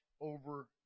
over